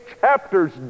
chapters